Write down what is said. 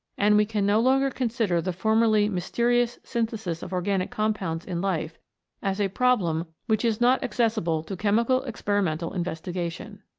and we can no longer consider the formerly mysterious synthesis of organic com pounds in life as a problem which is not accessible to chemical experimental investigation.